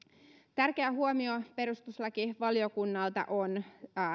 tärkeä huomio perustuslakivaliokunnalta on